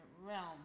realm